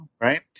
Right